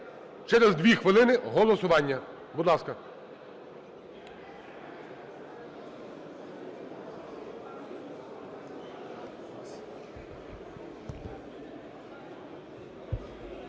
Через 2 хвилини голосування. Будь ласка.